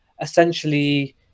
essentially